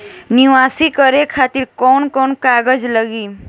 नीवेश करे खातिर कवन कवन कागज लागि?